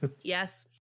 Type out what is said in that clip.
yes